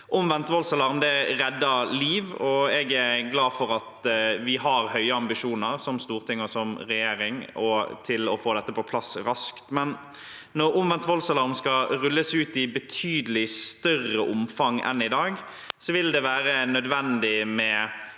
Omvendt voldsalarm redder liv, og jeg er glad for at vi har høye ambisjoner, som storting og som regjering, om å få dette raskt på plass. Men når omvendt voldsalarm skal rulles ut i betydelig større omfang enn i dag, vil det være nødvendig å